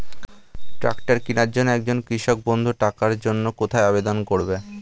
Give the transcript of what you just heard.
Tractor কিনার জন্য একজন কৃষক বন্ধু টাকার জন্য কোথায় আবেদন করবে?